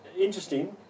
interesting